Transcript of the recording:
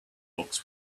box